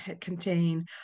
contain